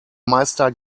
meister